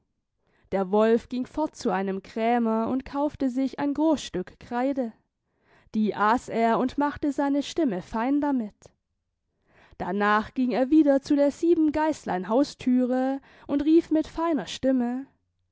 der wolf ging fort zu einem krämer und kaufte sich ein groß stück kreide die aß er und machte seine stimme fein damit darnach ging er wieder zu der sieben geislein hausthüre und rief mit feiner stimme